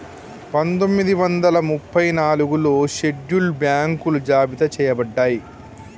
పందొమ్మిది వందల ముప్పై నాలుగులో షెడ్యూల్డ్ బ్యాంకులు జాబితా చెయ్యబడ్డయ్